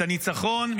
את הניצחון.